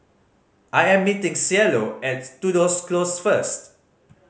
I am meeting Cielo at Tudor Close first